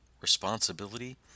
responsibility